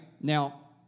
now